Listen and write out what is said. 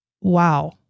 wow